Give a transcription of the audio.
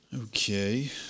Okay